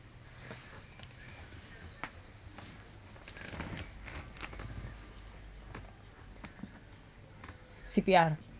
C_P_R